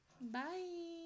Bye